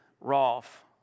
Rolf